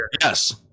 yes